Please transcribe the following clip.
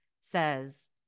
says